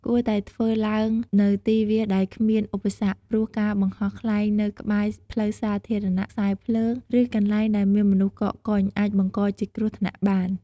គួរតែធ្វើឡើងនៅទីវាលដែលគ្មានឧបសគ្គ ព្រោះការបង្ហោះខ្លែងនៅក្បែរ ផ្លូវសាធារណៈ ខ្សែភ្លើង ឬ កន្លែងដែលមានមនុស្សកកកុញ អាចបង្កជាគ្រោះថ្នាក់បាន។